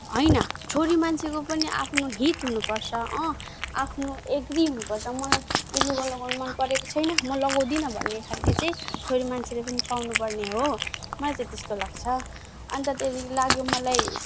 होइन छोरी मान्छेको पनि आफ्नो हित हुनुपर्छ आफ्नो एग्री हुनुपर्छ मलाई त्यो लुगा लगाउन मनपरेको छैन म लगाउँदिन भन्ने खाल्के चाहिँ छोरी मान्छेले पनि पाउनु पर्ने हो मलाई चाहिँ त्यस्तो लाग्छ अन्त त्यहाँदेखि लाग्यो मलाई